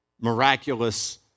miraculous